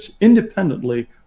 independently